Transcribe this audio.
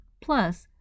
Plus